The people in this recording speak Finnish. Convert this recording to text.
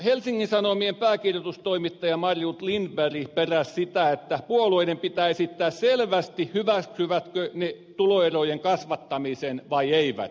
helsingin sanomien pääkirjoitustoimittaja marjut lindberg peräsi sitä että puolueiden pitää esittää selvästi hyväksyvätkö ne tuloerojen kasvattamisen vai eivät